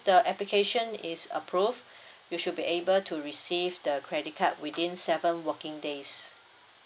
the application is approved you should be able to receive the credit card within seven working days